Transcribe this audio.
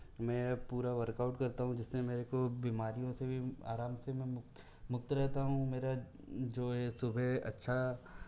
मेरा पूरा वर्कआउट करता हूँ जिसने मेरे को बिमारियों से भी आराम से मैं मुक्त मुक्त रहता हूँ मेरा जो है सुबह अच्छा